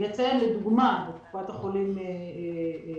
אני אציין את קופת החולים הכללית,